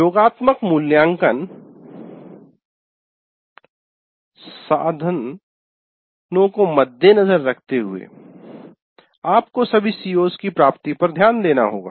योगात्मक मूल्यांकन साधनों मद्देनजर रखते हुए आपको सभी सीओ CO's की प्राप्ति पर ध्यान देना होगा